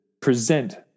present